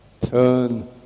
turn